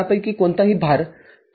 ०९६ mA N ICIB ३४